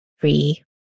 three